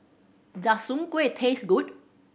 does Soon Kuih taste good